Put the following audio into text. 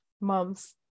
moms